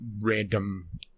random